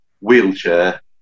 wheelchair